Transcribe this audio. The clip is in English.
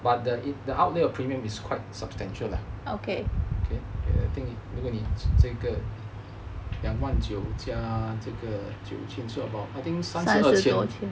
but the the outlet of premium is quite substantial lah okay I think 如果你这个两万九加这个是 about I think 三十二千